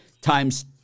times